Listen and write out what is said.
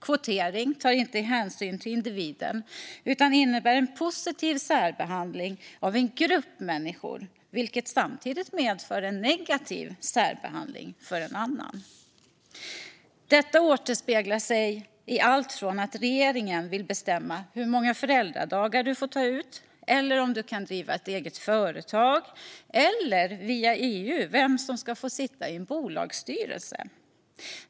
Kvotering tar inte hänsyn till individen utan innebär en positiv särbehandling av en grupp människor och medför samtidigt en negativ särbehandling av en annan. Detta återspeglar sig i allt från att regeringen vill bestämma hur många föräldradagar du får ta ut till om du kan driva ett eget företag eller, via EU, vem som ska få sitta i en bolagsstyrelse.